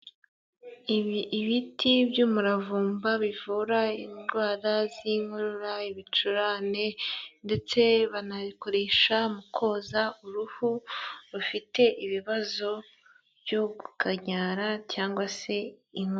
Ibiti by'umuravumba bivura indwara z'inkorora, ibicurane, ndetse banabikoresha mu koza uruhu rufite ibibazo byo gukanyara cyangwa se inkono.